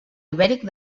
ibèric